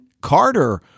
Carter